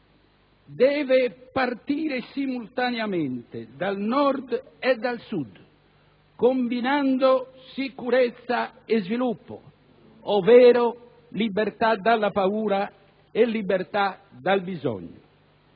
deve partire simultaneamente dal Nord e dal Sud, combinando sicurezza e sviluppo, ovvero libertà dalla paura e libertà dal bisogno.